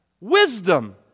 wisdom